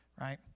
Right